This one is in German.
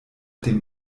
dem